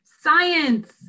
science